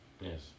Yes